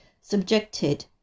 subjected